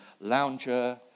lounger